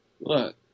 look